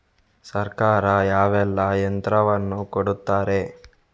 ಸರ್ಕಾರ ಯಾವೆಲ್ಲಾ ಯಂತ್ರವನ್ನು ಕೊಡುತ್ತಾರೆ?